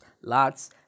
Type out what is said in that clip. Lots